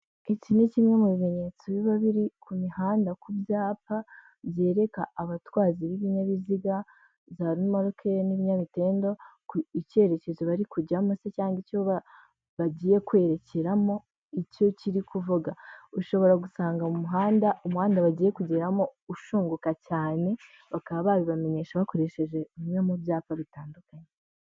Iki ni kimwe mu bimenyetso biba biri ku mihanda ku byapa, byereka abatwazi b'ibinyabiziga za rumoroke n'ibyamitendo, icyerekezo bari kujyamo se cyangwa icyo bagiye kwerekeramo, icyo kiri kuvuga. Ushobora gusanga mu muhanda, umuhanda bagiye kugeramo ushunguka cyane, bakaba babibamenyesha bakoresheje bimwe mu byapa bitandukanye.